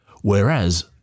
whereas